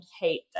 hate